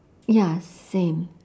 ya same